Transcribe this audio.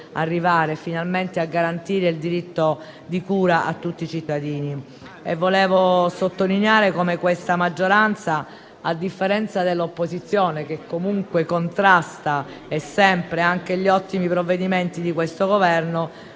garantire finalmente il diritto di cura a tutti i cittadini. Vorrei sottolineare come questa maggioranza, a differenza dell'opposizione che comunque contrasta sempre anche gli ottimi provvedimenti di questo Governo,